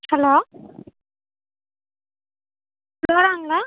hello ங்களா